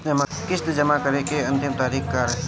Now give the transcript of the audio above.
किस्त जमा करे के अंतिम तारीख का रही?